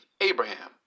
Abraham